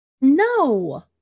No